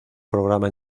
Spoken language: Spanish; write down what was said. programa